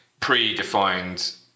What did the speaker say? predefined